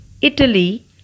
Italy